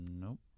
nope